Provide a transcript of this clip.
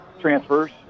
transfers